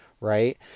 right